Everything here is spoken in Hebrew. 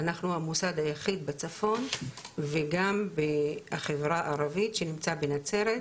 אנחנו המוסד היחיד בצפון וגם בחברה הערבית שנמצא בנצרת,